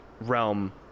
realm